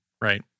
right